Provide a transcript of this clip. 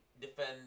defend